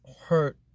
hurt